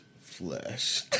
flesh